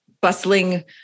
bustling